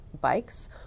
bikes